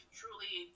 truly